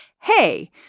Hey